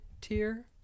tier